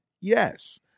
Yes